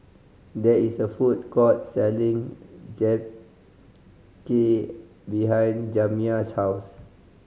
there is a food court selling Japchae behind Jamiya's house